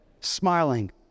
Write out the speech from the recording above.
smiling